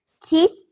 Keith